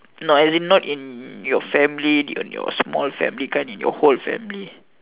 no not as in your small family kind as in your whole family